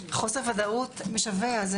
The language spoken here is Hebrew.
זה חוסר ודאות משווע.